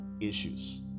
issues